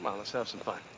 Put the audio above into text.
um ah let's have some fun.